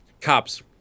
Cops